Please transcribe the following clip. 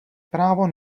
právo